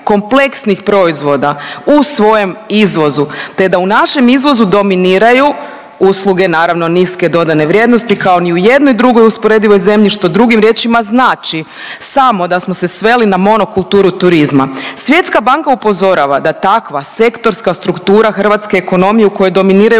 kompleksnih proizvoda u svojem izvozu te da u našem izvozu dominiraju usluge naravno niske dodane vrijednosti kao ni u jednoj drugoj usporedivoj zemlji, što drugim riječima znači samo da smo se sveli na monokulturu turizma. Svjetska banka upozorava da takva sektorska struktura hrvatske ekonomije u kojoj dominiraju